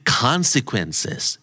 consequences